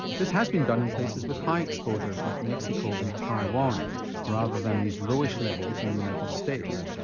this has been done in places with high exposures like mexico and taiwan rather than these lowish levels in the united states.